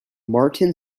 martin